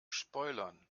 spoilern